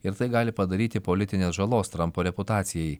ir tai gali padaryti politinės žalos trampo reputacijai